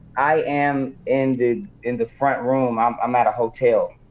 i am in the in the front room. um i'm at a hotel.